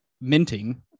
minting